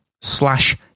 slash